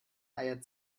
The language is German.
eier